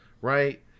right